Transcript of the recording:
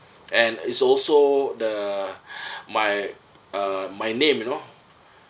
and it's also the my uh my name you know